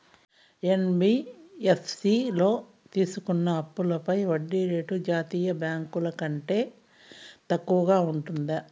NBFC లో తీసుకున్న అప్పుపై వడ్డీ రేటు జాతీయ బ్యాంకు ల కంటే తక్కువ ఉంటుందా?